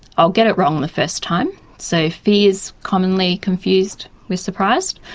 i'll get it wrong the first time, so fear is commonly confused with surprise.